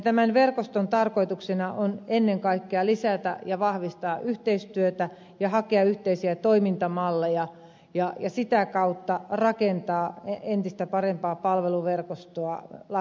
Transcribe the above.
tämän verkoston tarkoituksena on ennen kaikkea lisätä ja vahvistaa yhteistyötä ja hakea yhteisiä toimintamalleja ja sitä kautta rakentaa entistä parempaa palveluverkostoa nuorille